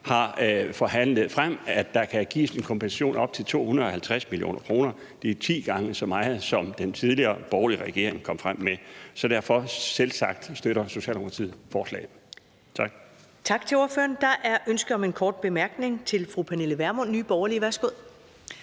har forhandlet sig frem til, at der kan gives en kompensation på op til 250 mio. kr. Det er ti gange så meget, som den tidligere borgerlige regering kom frem med. Så derfor støtter Socialdemokratiet selvsagt